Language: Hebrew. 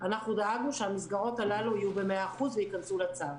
אנחנו דאגנו שהמסגרות הללו יהיו במאה אחוז וייכנסו לצו.